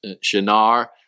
Shinar